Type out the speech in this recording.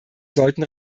sollten